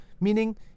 meaning